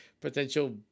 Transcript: potential